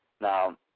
Now